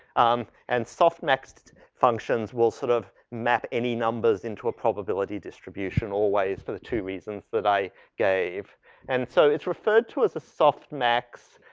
um, and softmax functions will sort of map any numbers into a probability distribution always for the two reasons that i gave and so, it's referred to as a softmax